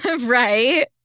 Right